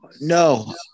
no